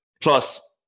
Plus